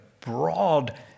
broad